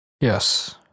Yes